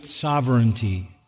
sovereignty